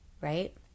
right